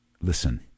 Listen